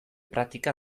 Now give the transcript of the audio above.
praktika